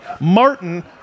Martin